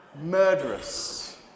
murderous